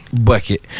bucket